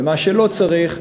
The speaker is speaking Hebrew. ומה שלא צריך,